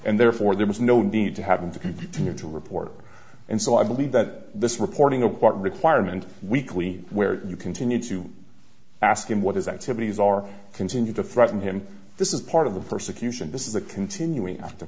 and therefore there was no need to have him to continue to report and so i believe that this reporting of what requirement weekly where you continue to ask him what his activities are continue to threaten him this is part of the persecution this is a continuing